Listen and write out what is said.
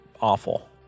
awful